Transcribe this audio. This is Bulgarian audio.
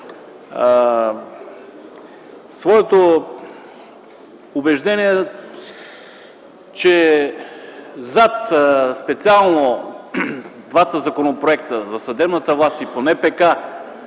своето убеждение, че зад специално двата законопроекта – за съдебната власт и по НПК,